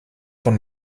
von